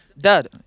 Dad